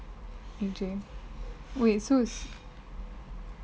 A_J wait so is